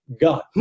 God